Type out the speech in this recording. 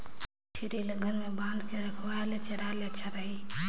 छेरी ल घर म बांध के खवाय ले चराय ले अच्छा रही?